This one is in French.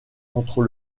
entre